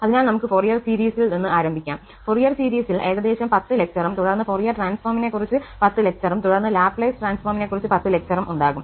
അതിനാൽ നമുക് ഫോറിയർ സീരീസിൽ നിന്ന് ആരംഭിക്കാം ഫോറിയർ സീരീസിൽ ഏകദേശം 10 ലെക്ചറും തുടർന്ന് ഫോറിയർ ട്രാൻസ്ഫോമിനെക്കുറിച്ച് 10 ലെക്ചറും തുടർന്ന് ലാപ്ലേസ് ട്രാൻസ്ഫോമിനെക്കുറിച്ച് 10 ലെക്ചറും ഉണ്ടാകും